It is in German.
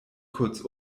kurz